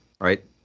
right